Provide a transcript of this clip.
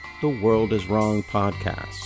theworldiswrongpodcast